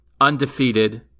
undefeated